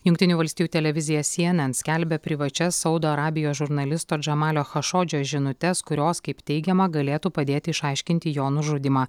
jungtinių valstijų televizija cnn skelbia privačias saudo arabijos žurnalisto džamalio chašodžio žinutes kurios kaip teigiama galėtų padėti išaiškinti jo nužudymą